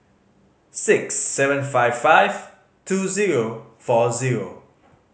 six seven five five two zero four zero